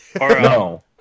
No